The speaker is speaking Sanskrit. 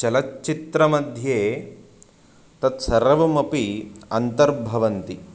चलच्चित्रमध्ये तत्सर्वमपि अन्तर्भवन्ति